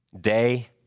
day